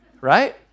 right